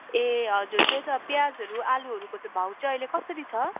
ए हजुर त्यही त प्याजहरू आलुहरूको चाहिँ भाउ चाहिँ अहिले कसरी छ